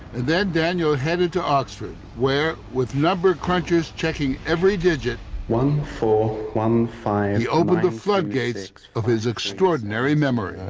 and then daniel headed to austin where, with number crunchers checking every digit one four one five he opened the floodgates of his extraordinary memory.